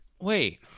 wait